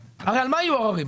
הרי על מה יהיו העררים?